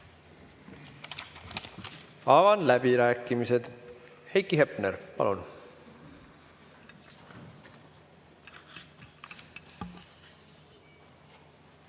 Avan läbirääkimised. Heiki Hepner, palun!